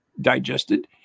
digested